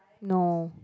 no